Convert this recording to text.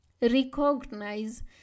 recognize